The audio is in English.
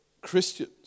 Christians